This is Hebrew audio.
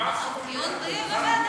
למה את צריכה, דיון בוועדה.